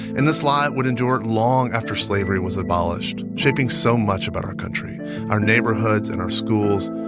and this lie would endure long after slavery was abolished, shaping so much about our country our neighborhoods and our schools,